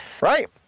right